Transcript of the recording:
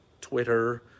Twitter